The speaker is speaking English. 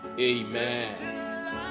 amen